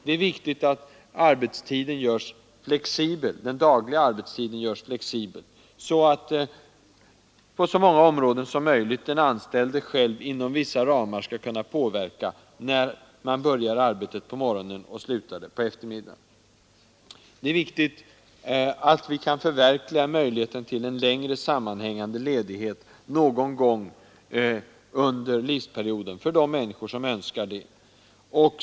Den dagliga arbetstiden bör göras flexibel, så att den anställde själv — på så många områden som möjligt — inom vissa ramar kan påverka när han vill börja arbetet på morgonen och sluta det på eftermiddagen. Det är också viktigt att vi kan förverkliga möjligheten till en längre sammanhängande ledighet någon gång under livsperioden, för människor som önskar det.